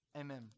Amen